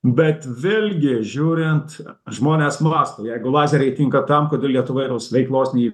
bet vėlgi žiūrint žmonės mąsto jeigu lazeriai tinka tam kad tu lietuvoj tos veiklos ne